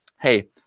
hey